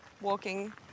walking